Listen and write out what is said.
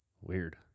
Weird